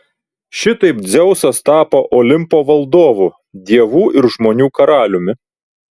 šitaip dzeusas tapo olimpo valdovu dievų ir žmonių karaliumi